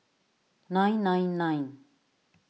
nine nine nine